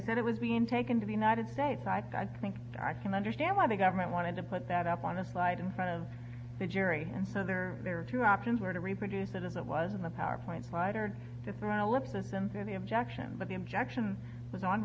said it was being taken to the united states i think i can understand why the government wanted to put that up on a slide in front of the jury and so there there are two options where to reproduce it as it was in the powerpoint slide or that's when i left this in any objection but the objection was on